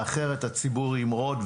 אחרת הציבור ימרוד.